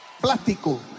Plástico